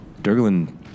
Durglin